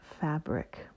fabric